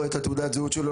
לא את תעודת הזהות שלו,